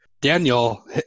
Daniel